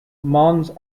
mons